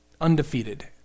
undefeated